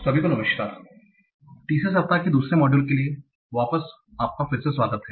सभी को नमस्कार तीसरे सप्ताह के दूसरे मॉड्यूल के लिए वापस आपका फिर से स्वागत है